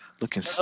looking